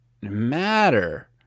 matter